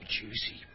juicy